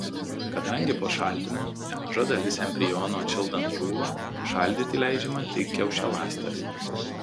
kadangi po šaldymo nemaža dalis embrionų atšildant žūva šaldyti leidžiama tik kiaušialąstes